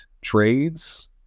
trades